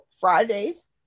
Fridays